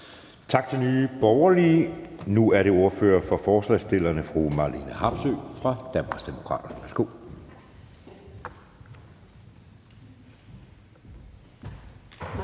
Tak til Nye Borgerlige. Nu er det ordføreren for forslagsstillerne, fru Marlene Harpsøe fra Danmarksdemokraterne.